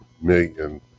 million